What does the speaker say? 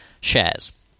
shares